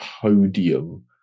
Podium